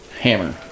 hammer